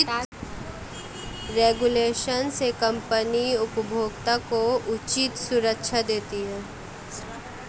regulation से company उपभोक्ता को उचित सुरक्षा देती है